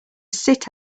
sit